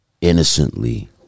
innocently